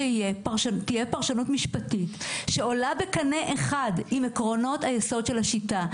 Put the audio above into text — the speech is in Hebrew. שתהיה פרשנות משפטית שעולה בקנה אחד עם עקרונות היסוד של השיטה,